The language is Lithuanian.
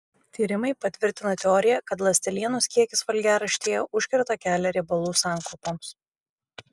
tyrimai patvirtina teoriją kad ląstelienos kiekis valgiaraštyje užkerta kelią riebalų sankaupoms